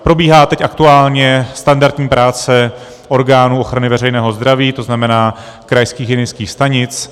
Probíhají teď aktuálně standardní práce orgánů ochrany veřejného zdraví, to znamená krajských hygienických stanic.